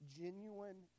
genuine